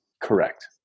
Correct